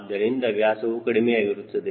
ಆದ್ದರಿಂದ ವ್ಯಾಸವು ಕಡಿಮೆಯಾಗುತ್ತದೆ